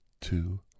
two